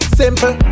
simple